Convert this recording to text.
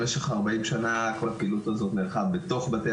במשך 40 שנה הפעילות הזאת נערכה בתוך בתי